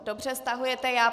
Dobře, stahujete.